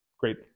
Great